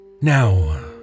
Now